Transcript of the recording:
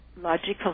logical